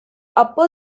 upper